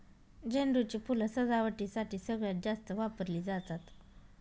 झेंडू ची फुलं सजावटीसाठी सगळ्यात जास्त वापरली जातात